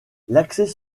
l’accès